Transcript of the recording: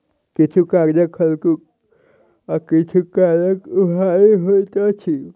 किछु कागज हल्लुक आ किछु काजग भारी होइत अछि